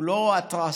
הוא לא התרסתי.